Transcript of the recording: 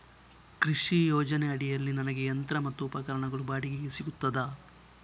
ಕೃಷಿ ಯೋಜನೆ ಅಡಿಯಲ್ಲಿ ನನಗೆ ಯಂತ್ರ ಮತ್ತು ಉಪಕರಣಗಳು ಬಾಡಿಗೆಗೆ ಸಿಗುತ್ತದಾ?